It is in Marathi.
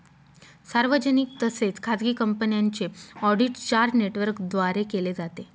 सार्वजनिक तसेच खाजगी कंपन्यांचे ऑडिट चार नेटवर्कद्वारे केले जाते